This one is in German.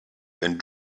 wenn